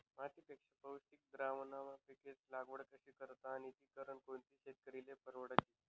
मातीपेक्षा पौष्टिक द्रावणमा पिकेस्नी लागवड कशी करतस आणि ती करनं कोणता शेतकरीले परवडी?